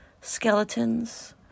skeletons